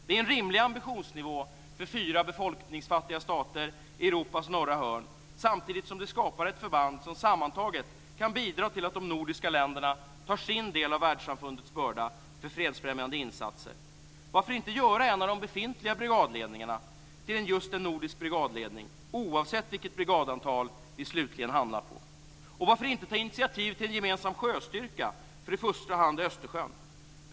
Det är en rimlig ambitionsnivå för fyra befolkningsfattiga stater i Europas norra hörn, samtidigt som det skapar ett förband som sammantaget kan bidra till att de nordiska länderna tar sin del av världssamfundets börda för fredsfrämjande insatser. Varför inte göra en av de befintliga brigadledningarna till just en nordisk brigadledning, oavsett vilket brigadantal vi slutligen hamnar på? Varför inte ta initiativ till en gemensam sjöstyrka för i första hand Östersjön?